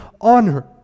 honor